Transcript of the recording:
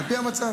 על פי המצב.